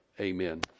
amen